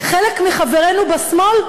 חלק מחברינו בשמאל,